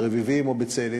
ברביבים או בצאלים,